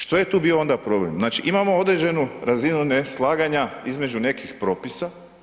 Što je tu bio onda problem, znači imamo određenu razinu neslaganja između nekih propisa.